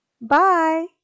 Bye